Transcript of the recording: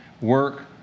work